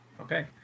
Okay